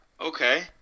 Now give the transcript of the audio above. Okay